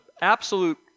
absolute